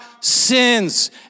sins